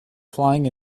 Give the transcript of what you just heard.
flying